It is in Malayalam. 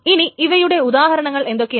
ഇനി ഇവയുടെ ഉദാഹരണങ്ങൾ എന്തൊക്കെയാണ്